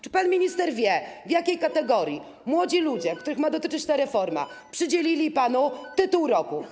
Czy pan minister wie, w jakiej kategorii młodzi ludzie, których ma dotyczyć ta reforma, przydzielili panu tytuł roku?